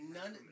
none